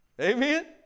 amen